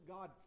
God